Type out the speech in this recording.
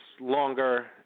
longer